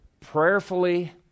prayerfully